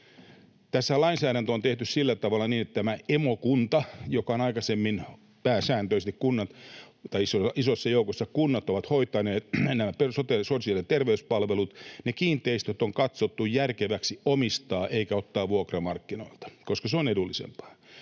Tässä lainsäädäntö on tehty sillä tavalla, että kun tämä emokunta — tai isossa joukossa kunnat — on aikaisemmin pääsääntöisesti hoitanut nämä sosiaali‑ ja terveyspalvelut, niin ne kiinteistöt on katsottu järkeväksi omistaa eikä ottaa vuokramarkkinoilta, koska se on edullisempaa.